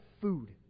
food